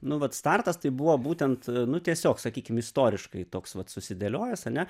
nu vat startas tai buvo būtent nu tiesiog sakykim istoriškai toks vat susidėliojęs ane